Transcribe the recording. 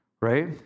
right